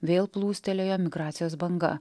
vėl plūstelėjo migracijos banga